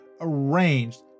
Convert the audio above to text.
arranged